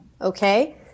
okay